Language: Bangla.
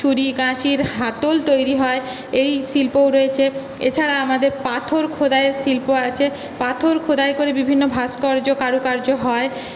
ছুরি কাঁচির হাতল তৈরি হয় এই শিল্পও রয়েছে এছাড়া আমাদের পাথর খোদাইয়ের শিল্প আছে পাথর খোদাই করে বিভিন্ন ভাস্কর্য কারুকার্য হয়